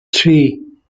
three